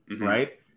right